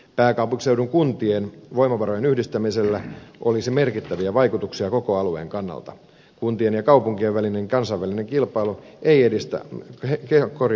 pääkaupunkiseudun kuntien voimavarojen yhdistämisellä olisi merkittäviä vaikutuksia koko alueen kannalta kuntien ja kaupunkien välinen kansainvälinen kilpailu ei edistä hetken kori